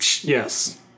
Yes